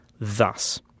thus